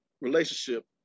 relationship